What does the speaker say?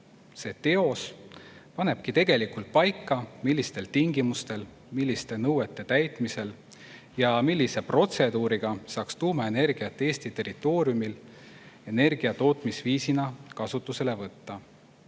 See TEOS panebki paika, millistel tingimustel, milliste nõuete täitmisel ja millise protseduuriga saaks tuumaenergiat Eesti territooriumil energiatootmisviisina kasutusele võtta. TEOS